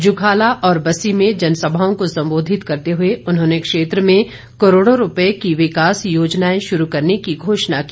जुखाला और बस्सी में जनसभाओं को संबोधित करते हुए उन्होंने क्षेत्र में करोड़ों रूपए की विकास योजनाएं शुरू करने की घोषणा की